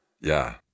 Yeah